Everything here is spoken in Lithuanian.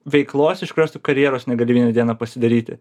veiklos iš kurios tu karjeros negali vieną dieną pasidaryti